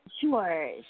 Sure